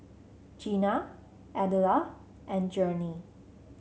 Jeana Adela and Journey